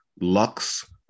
Lux